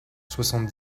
soixante